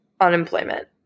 unemployment